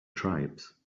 tribes